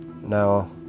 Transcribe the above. Now